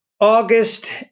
August